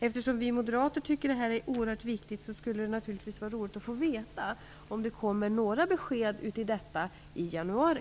Eftersom vi moderater tycker att detta är oerhört viktigt skulle det naturligtvis vara roligt att få veta om det kommer några besked om detta i januari.